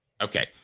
Okay